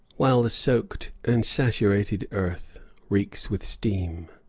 while the soaked and saturated earth reeks with steam.